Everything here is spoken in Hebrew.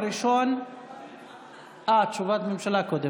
קודם תשובת הממשלה.